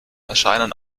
erscheinen